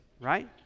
Right